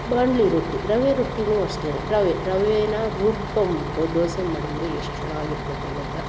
ಬಾಂಡ್ಲಿ ರೊಟ್ಟಿ ರವೆ ರೊಟ್ಟಿನೂ ಅಷ್ಟೆ ರವೆ ರವೇನ ರುಬ್ಕೊಂಬಿಟ್ಟು ದೋಸೆ ಮಾಡಿದರೆ ಎಷ್ಟು ಚೆನ್ನಾಗಿರ್ತದೆ ಗೊತ್ತಾ